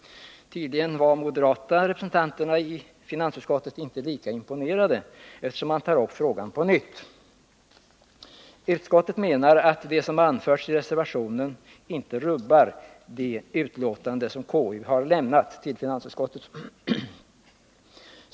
Tydligen var de moderata representanterna i finansutskottet inte lika imponerade, eftersom de tar upp frågan på nytt. Utskottet menar att det som anförs i reservationen inte rubbar det yttrande som konstitutionsutskottet har lämnat till finansutskottet.